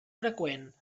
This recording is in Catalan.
freqüent